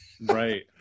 Right